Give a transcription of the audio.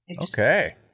Okay